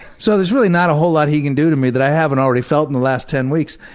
so there's really not a whole lot he can do to me that i haven't already felt in the last ten weeks.